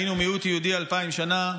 היינו מיעוט יהודי אלפיים שנה.